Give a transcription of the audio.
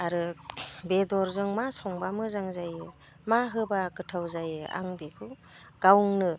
आरो बेदरजों मा संब्ला मोजां जायो मा होब्ला गोथाव जायो आं बेखौ गावनो